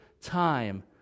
time